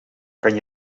kan